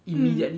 mm